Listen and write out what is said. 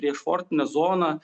prieš fortinę zoną